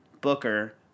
Booker